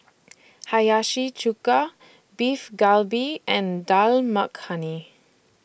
Hiyashi Chuka Beef Galbi and Dal Makhani